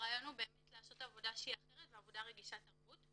הרעיון היא לעשות עבודה אחרת שהיא עבודה רגישה לתרבות.